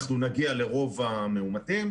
אנחנו נגיע לרוב המאומתים.